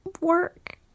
work